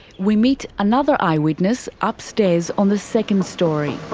we meet another eyewitness upstairs on the second storey.